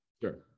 sure